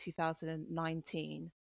2019